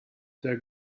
der